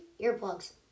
earplugs